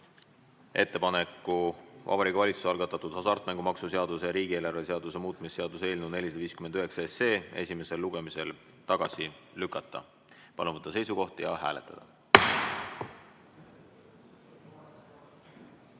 ettepaneku Vabariigi Valitsuse algatatud hasartmängumaksu seaduse ja riigieelarve seaduse muutmise seaduse eelnõu 459 esimesel lugemisel tagasi lükata. Palun võtta seisukoht ja hääletada!